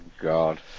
God